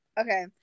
Okay